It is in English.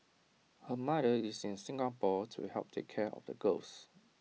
her mother is in Singapore to help take care of the girls